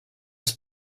was